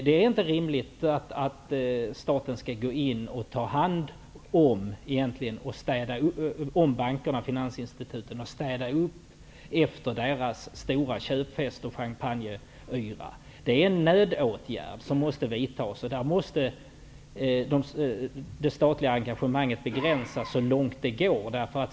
Det är inte rimligt att staten skall gå in och ta hand om bankerna och finansinstituten och städa upp efter deras stora köpfest och champagneyra. Det är en nödåtgärd som måste vidtas. Det statliga engagemanget måste begränsas så långt det går.